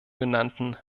genannten